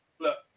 look